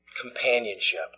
companionship